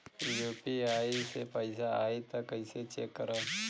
UPI से पैसा आई त कइसे चेक करब?